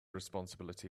responsibility